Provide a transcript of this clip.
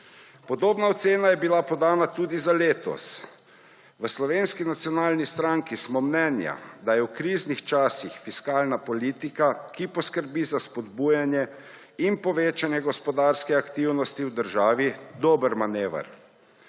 Podobna ocena je bila podana tudi za letos. V Slovenski nacionalni stranki smo mnenja, da je v kriznih časih fiskalna politika, ki poskrbi za spodbujanje in povečanje gospodarske aktivnosti v državi, dober manever.